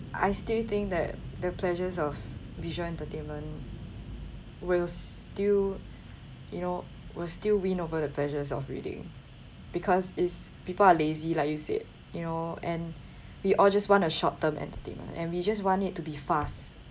I still think that the pleasures of visual entertainment will still you know will still win over the pleasures of reading because is people are lazy like you said you know and we all just want a short term entertainment and we just want it to be fast